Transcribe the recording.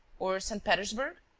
or st. petersburg?